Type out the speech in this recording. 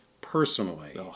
personally